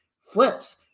flips